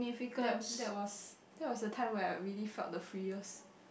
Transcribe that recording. that that was that was the time when I really felt the free-est